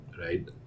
Right